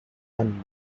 and